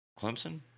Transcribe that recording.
Clemson